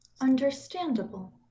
Understandable